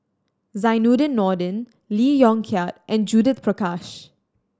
Zainudin Nordin Lee Yong Kiat and Judith Prakash